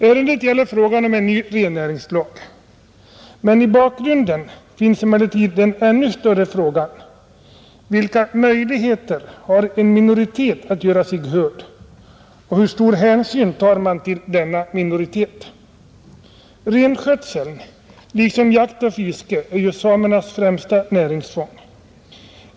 Ärendet gäller frågan om en ny rennäringslag, men i bakgrunden finns den ännu större frågan: Vilka möjligheter har en minoritet att göra sig hörd och hur stor hänsyn tar man till denna minoritet? Renskötsel liksom jakt och fiske är ju samernas främsta näringsfång.